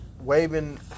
waving